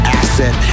asset